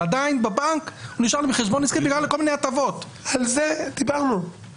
אבל עדיין בבנק נשארתי בחשבון עסקי בגלל כל מיני הטבות דיברנו על זה.